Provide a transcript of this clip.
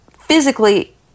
physically